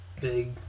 big